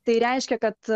tai reiškia kad